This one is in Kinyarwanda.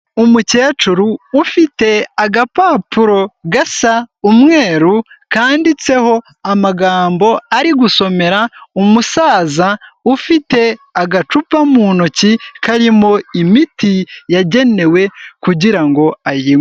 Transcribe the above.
Umukecuru ufite agapapuro gasa umweru kanditseho amagambo, ari gusomera umusaza ufite agacupa mu ntoki karimo imiti yagenewe kugirango ayinywe.